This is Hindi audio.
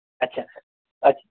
अच्छा